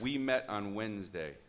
we met on wednesday